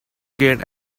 get